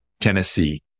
Tennessee